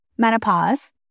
menopause